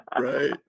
Right